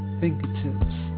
fingertips